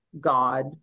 god